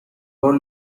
بار